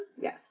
Yes